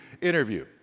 interview